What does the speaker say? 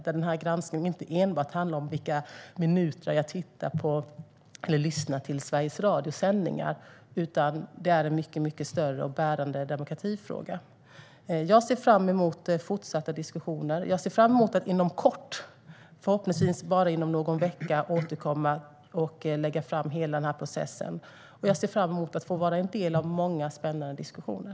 Den här granskningen handlar inte enbart om vilka minuter jag tittar på tv eller lyssnar till Sveriges Radios sändningar, utan det är en mycket större och bärande demokratifråga. Jag ser fram emot fortsatta diskussioner. Jag ser fram emot att inom kort, förhoppningsvis bara inom någon vecka, återkomma och lägga fram hela den här processen. Och jag ser fram emot att få vara en del av många spännande diskussioner.